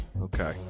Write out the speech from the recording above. Okay